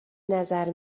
نظر